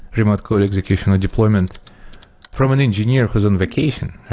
remote code execution, or deployment from an engineer who's on vacation,